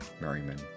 Merriman